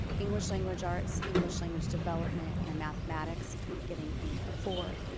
english language arts, english language development, and mathematics getting a four.